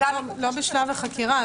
לא בשלב החקירה.